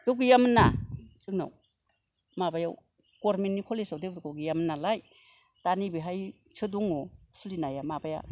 बेयाव गैयामोनना जोंना माबायाव गरमेनटनि कलेजाव देबोरगावाव गैयामोन नालाय दा नैबेहायसो दङ खुलिनाय माबाया